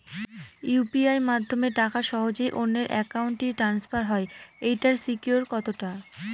UPI মাধ্যমে টাকা সহজেই অন্যের অ্যাকাউন্ট ই ট্রান্সফার হয় এইটার সিকিউর কত টা?